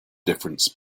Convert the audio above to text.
difference